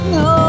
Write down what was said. no